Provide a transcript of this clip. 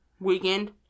Weekend